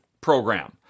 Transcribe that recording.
program